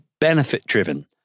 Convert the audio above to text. benefit-driven